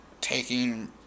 taking